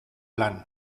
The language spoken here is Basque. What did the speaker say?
lan